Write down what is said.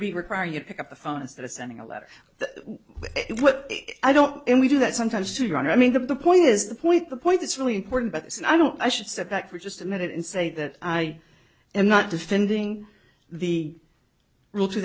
b require you to pick up the phone instead of sending a letter what i don't and we do that sometimes to your honor i mean the point is the point the point it's really important but i don't i should step back for just a minute and say that i am not defending the rule two